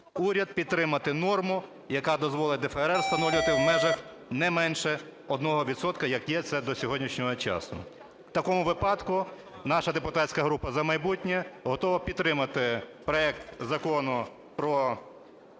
уряд підтримати норму, яка дозволить ДФРР встановлювати в межах не менше одного відсотка, як є це до сьогоднішнього часу. В такому випадку наша депутатська група "За майбутнє" готова підтримати проект Закону про Бюджетний